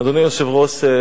אדוני היושב-ראש,